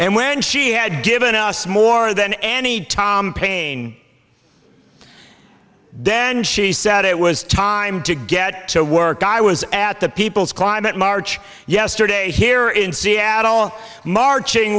and when she had given us more than any tom paying then she said it was time to get to work i was at the people's climate march yesterday here in seattle marching